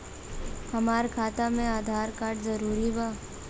हमार खाता में आधार कार्ड जरूरी बा?